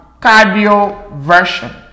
cardioversion